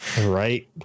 Right